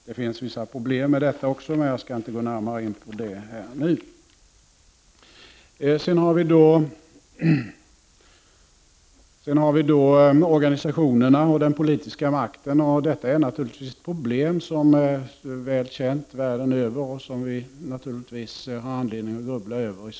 Detta innebär vissa problem, men jag skall inte närmare gå in på dem nu. Organisationerna och den politiska makten är naturligtvis ett problem som är väl känt världen över och som vi i Sverige naturligtvis också har anledning att grubbla över.